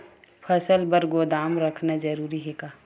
फसल बर गोदाम रखना जरूरी हे का?